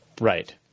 Right